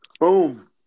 Boom